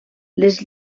les